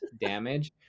damage